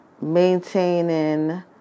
maintaining